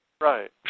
Right